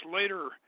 later